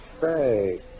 Say